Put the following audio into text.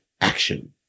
action